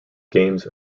games